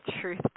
Truth